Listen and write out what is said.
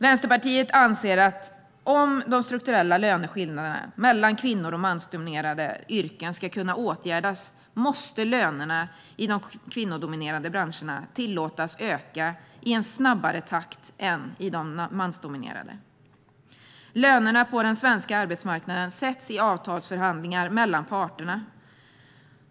Vänsterpartiet anser att om de strukturella löneskillnaderna mellan kvinno och mansdominerade yrken ska kunna åtgärdas måste lönerna i de kvinnodominerade branscherna tillåtas öka i en snabbare takt än i de mansdominerade. Lönerna på den svenska arbetsmarknaden sätts i avtalsförhandlingar mellan parterna.